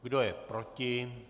Kdo je proti?